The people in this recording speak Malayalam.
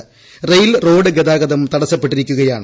ക്ട്റെയ്യിൽ റോഡ് ഗതാഗതം തടസ്സപ്പെട്ടിരിക്കുകയാണ്